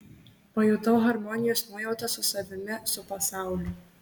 pajutau harmonijos nuojautą su savimi su pasauliu